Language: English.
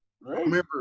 remember